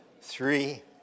three